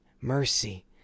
mercy